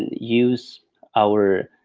use our